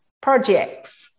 projects